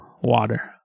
water